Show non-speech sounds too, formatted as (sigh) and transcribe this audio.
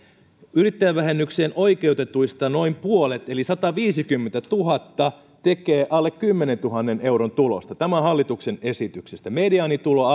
yrittäjävähennykseen oikeutetuista noin puolet eli sataviisikymmentätuhatta tekee alle kymmenentuhannen euron tulosta tämä on hallituksen esityksestä mediaanitulo (unintelligible)